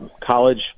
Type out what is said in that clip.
college